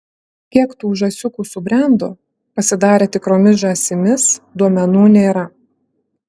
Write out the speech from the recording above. kiek tų žąsiukų subrendo pasidarė tikromis žąsimis duomenų nėra